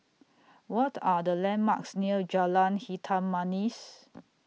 What Are The landmarks near Jalan Hitam Manis